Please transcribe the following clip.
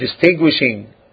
distinguishing